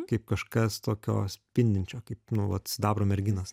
kaip kažkas tokio spindinčio kaip nu vat sidabro merginos